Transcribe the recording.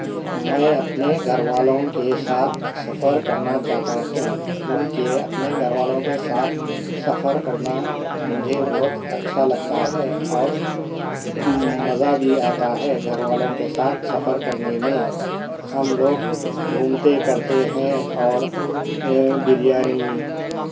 میں اپنے گھر والوں کے ساتھ سفر کرنا چاہتا ہوں کیونکہ اپنے گھر والوں کے ساتھ سفر کرنا مجھے بہت اچھا لگتا ہے اور مزہ بھی آتا ہے گھر والوں کے سات سفر کرنے میں ہم لوک گھومتے کرتے ہیں اور بریانی